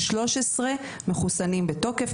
ו-13 מחוסנים בתוקף,